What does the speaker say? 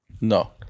No